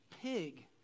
pig